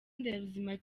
nderabuzima